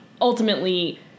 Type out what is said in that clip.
ultimately